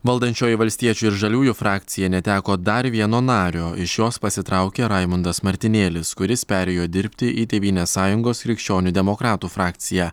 valdančioji valstiečių ir žaliųjų frakcija neteko dar vieno nario iš jos pasitraukė raimundas martinėlis kuris perėjo dirbti į tėvynės sąjungos krikščionių demokratų frakciją